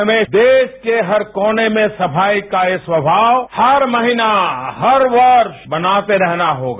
हमें देश के हर कोने में सफाई का यह स्वभाव हर महीने हर वर्ष मनाते रहना होगा